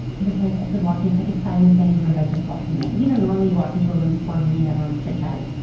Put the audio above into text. it was like i could walk in, i could silence any room by just walking. you know, normally you walk into a room before a meeting, everyone's chit chatting?